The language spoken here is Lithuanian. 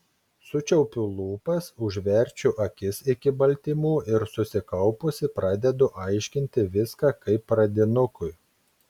sučiaupiu lūpas užverčiu akis iki baltymų ir susikaupusi pradedu aiškinti viską kaip pradinukui